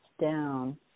down